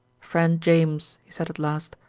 friend james, he said at last,